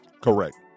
correct